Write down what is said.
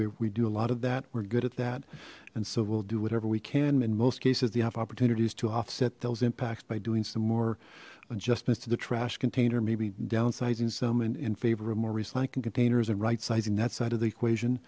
know we do a lot of that we're good at that and so we'll do whatever we can in most cases they have opportunities to offset those impacts by doing some more adjustments to the trash container maybe downsizing some and in favor of more recycling containers and right sizing that side of the equation